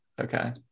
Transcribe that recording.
Okay